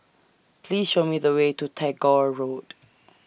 Please Show Me The Way to Tagore Road